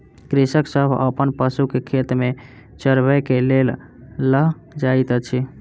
कृषक सभ अपन पशु के खेत में चरबै के लेल लअ जाइत अछि